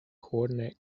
coordinate